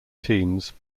teams